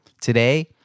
Today